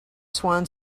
swan